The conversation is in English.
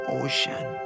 ocean